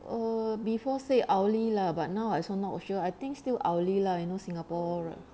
err before say hourly lah but now I also not sure I think still hourly lah you know singapore